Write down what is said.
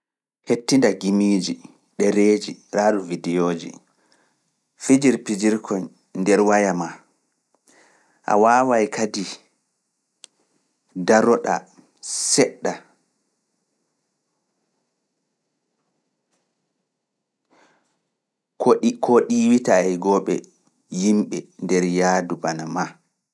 Hettinda gimiiji, ɗereeji, raaruuji wideyooji, fijir-pijir ko nder waya maa, a waaway kadi daroɗa seɗɗa, koo ɗiiwitaa e gobɓe yimɓe nder yaadu bana maa.